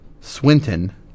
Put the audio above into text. Swinton